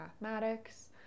mathematics